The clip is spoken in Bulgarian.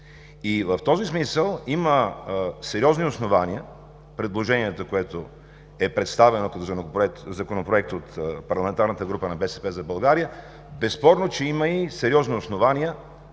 В този смисъл има сериозни основания предложението, представено като Законопроект, от парламентарната група на „БСП за България“, безспорно, че има и сериозни основания